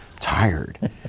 tired